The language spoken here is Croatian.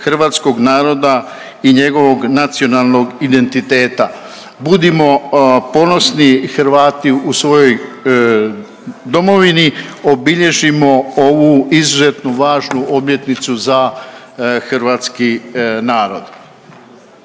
hrvatskog naroda i njegovog nacionalnog identiteta. Budimo ponosni Hrvati u svojoj domovini, obilježimo ovu izuzetno važnu obljetnicu za hrvatski narod.